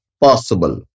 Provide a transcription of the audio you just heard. possible